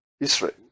Israel